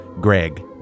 Greg